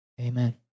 Amen